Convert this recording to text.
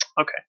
Okay